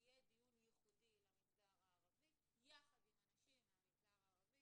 יהיה דיון ייחודי למגזר הערבי יחד עם אנשים מהמגזר הערבי